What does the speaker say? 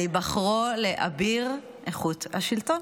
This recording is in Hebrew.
על היבחרו לאביר איכות השלטון,